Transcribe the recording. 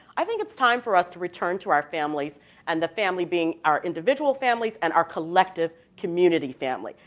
i think it's time for us to return to our families and the family being our individual families and our collective community family.